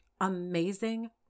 amazing